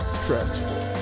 stressful